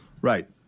Right